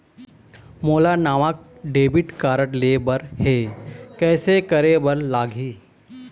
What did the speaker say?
मोला नावा debit card लेबर हे, कइसे करे बर लगही?